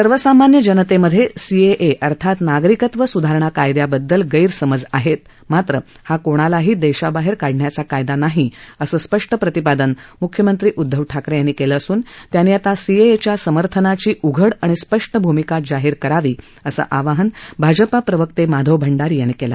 सर्वसामान्य जनतेमधे सीएए अर्थात नागरिकत्व सुधारणा कायदयाबददल गैरसमज आहेत मात्र हा कोणालाही देशाबाहेर काढण्याचा कायदा नाही असं स्पष्ट प्रतिपादन मुख्यमंत्री उदधव ठाकरे यांनी केलं असून त्यांनी आता सीएएच्या समर्थनाची उघड आणि स्पष्ट भूमिका जाहीर करावी असं आवाहन भाजपा प्रवक्ते माधव भांडारी यांनी केलं